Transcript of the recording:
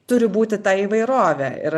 turi būti ta įvairovė ir